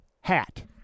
hat